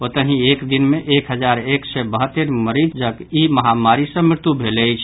ओतहि एक दिन मे एक हजार एक सय बहत्तरि मरीजक ई महामारी सँ मृत्यु भेल अछि